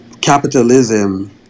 Capitalism